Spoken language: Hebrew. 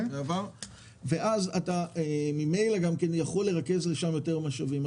ואז אתה תוכל לרכז לשם יותר משאבים.